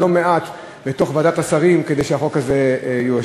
לא מעט בתוך ועדת השרים כדי שהחוק הזה יאושר.